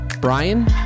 Brian